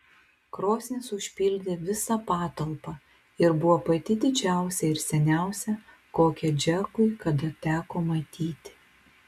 krosnis užpildė visą patalpą ir buvo pati didžiausia ir seniausia kokią džekui kada teko matyti